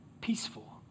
peaceful